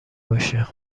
باشه